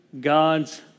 God's